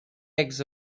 eggs